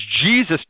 Jesus